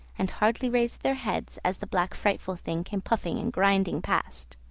and hardly raised their heads as the black frightful thing came puffing and grinding past.